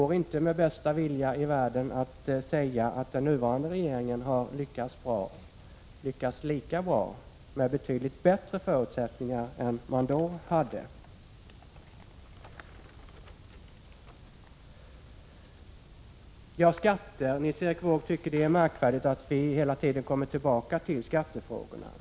Man kan inte med bästa vilja i världen säga att den nuvarande regeringen har lyckats lika bra, trots betydligt bättre förutsättningar än vad vi då hade. Nils Erik Wååg tycker att det är märkvärdigt att vi hela tiden kommer tillbaka till skattefrågorna.